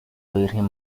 virgen